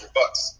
bucks